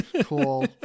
Cool